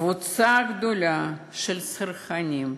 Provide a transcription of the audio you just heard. זאת קבוצה גדולה של צרכנים,